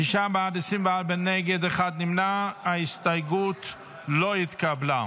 שישה בעד, 24 נגד, אחד נמנע, ההסתייגות לא התקבלה.